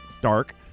dark